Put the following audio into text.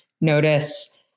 notice